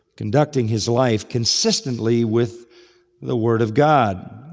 conducting his life consistently with the word of god.